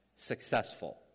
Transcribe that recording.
successful